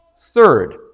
Third